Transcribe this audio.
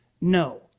no